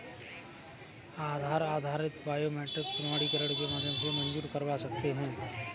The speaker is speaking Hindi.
आधार आधारित बायोमेट्रिक प्रमाणीकरण के माध्यम से मंज़ूर करवा सकते हैं